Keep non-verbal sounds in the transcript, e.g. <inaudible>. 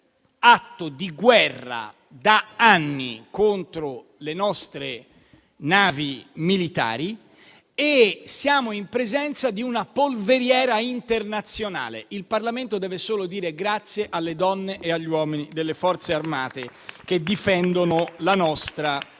atto di guerra da anni contro le nostre navi militari e di una polveriera internazionale. Il Parlamento deve solo dire grazie alle donne e agli uomini delle Forze armate <applause> che difendono la nostra